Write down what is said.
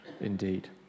indeed